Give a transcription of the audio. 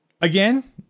Again